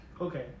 Okay